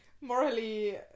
morally